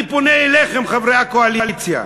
אני פונה אליכם, חברי הקואליציה,